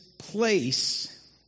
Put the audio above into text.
place